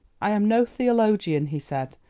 i am no theologian, he said,